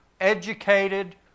educated